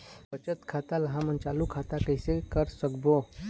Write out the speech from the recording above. बचत खाता ला हमन चालू खाता कइसे कर सकबो?